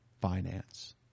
finance